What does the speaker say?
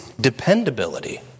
Dependability